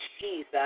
Jesus